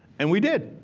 and we did.